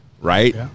right